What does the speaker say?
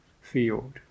field